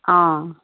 অঁ